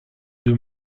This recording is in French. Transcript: deux